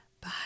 Bye